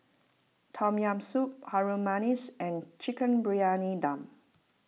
Tom Yam Soup Harum Manis and Chicken Briyani Dum